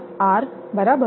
તેથી જ તે છે